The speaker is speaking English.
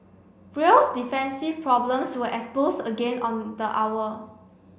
real's defensive problems were exposed again on the hour